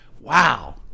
wow